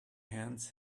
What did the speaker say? hands